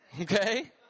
okay